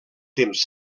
temps